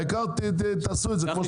העיקר שתעשו את זה כמו שצריך.